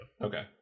okay